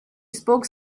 spoke